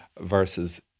versus